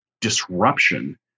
disruption